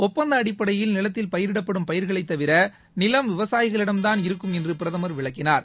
ஒப்பந்த அடிப்படையில் நிலத்தில் பயிரிடப்படும் பயிர்களைத் தவிர நிலம் விவசாயிகளிடம் தான் இருக்கும் என்று பிரதமர் விளக்கினார்